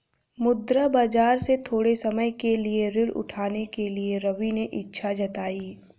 मुद्रा बाजार से थोड़े समय के लिए ऋण उठाने के लिए रवि ने इच्छा जताई